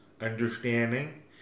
understanding